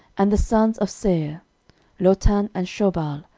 and the sons of seir lotan, and shobal,